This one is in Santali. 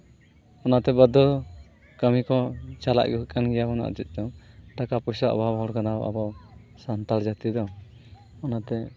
ᱚᱱᱟᱛᱮ ᱵᱟᱫᱽᱫᱚ ᱠᱟᱹᱢᱤ ᱠᱚᱦᱚᱸ ᱪᱟᱞᱟᱜ ᱦᱩᱭᱩᱜ ᱠᱟᱱ ᱜᱮᱭᱟ ᱪᱮᱫ ᱪᱚᱝ ᱴᱟᱠᱟ ᱯᱚᱭᱥᱟ ᱚᱵᱷᱟᱵ ᱦᱚᱲ ᱠᱟᱱᱟ ᱵᱚᱱ ᱟᱵᱚ ᱥᱟᱱᱛᱟᱲ ᱡᱟᱹᱛᱤ ᱫᱚ ᱚᱱᱟᱛᱮ